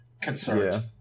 Concerned